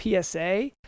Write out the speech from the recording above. PSA